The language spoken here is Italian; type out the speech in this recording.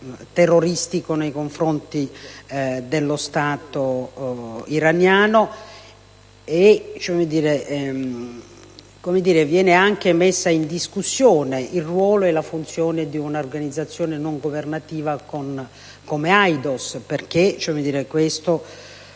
terroristico nei confronti dello Stato iraniano e viene anche messo in discussione il ruolo e la funzione di un'organizzazione non governativa come AIDOS. Tutto